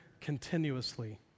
continuously